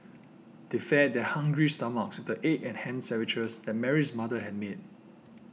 they fed their hungry stomachs the egg and ham sandwiches that Mary's mother had made